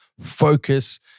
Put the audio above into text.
focus